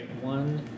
One